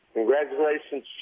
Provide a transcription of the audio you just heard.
Congratulations